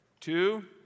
two